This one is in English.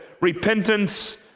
repentance